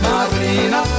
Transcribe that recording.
Marina